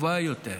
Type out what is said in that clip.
טובה יותר,